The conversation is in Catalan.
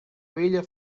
bella